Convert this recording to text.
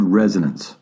resonance